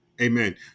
Amen